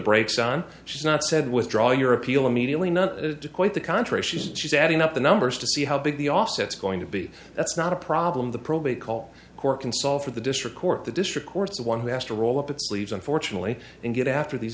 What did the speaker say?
brakes on she's not said withdraw your appeal immediately quite the contrary she says she's adding up the numbers to see how big the offsets going to be that's not a problem the probate call court can solve for the district court the district court's the one who has to roll up its sleeves unfortunately and get after these